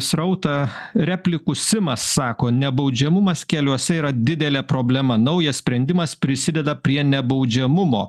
srautą replikų simas sako nebaudžiamumas keliuose yra didelė problema naujas sprendimas prisideda prie nebaudžiamumo